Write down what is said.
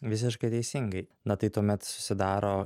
visiškai teisingai na tai tuomet susidaro